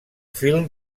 film